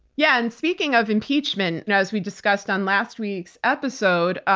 yeah. and speaking of impeachment, and as we discussed on last week's episode,